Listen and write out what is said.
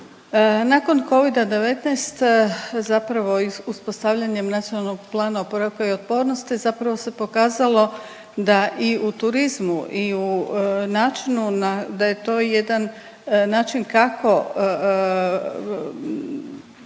Nakon Covida-19, zapravo uspostavljanjem Nacionalnog plana oporavka i otpornosti zapravo se pokazalo da i u turizmu i u načinu na da je to jedan način kako